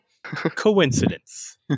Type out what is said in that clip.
coincidence